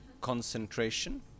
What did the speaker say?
concentration